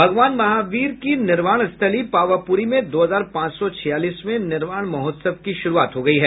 भगवान महावीर की निर्वाण स्थली पावापूरी में दो हजार पांच सौ छियालीसवें निर्वाण महोत्सव की शुरुआत हो गयी है